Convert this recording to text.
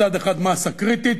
מצד אחד מאסה קריטית,